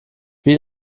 wie